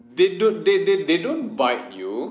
they don't they they they don't bite you